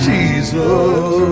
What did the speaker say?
Jesus